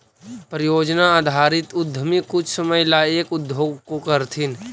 परियोजना आधारित उद्यमी कुछ समय ला एक उद्योग को करथीन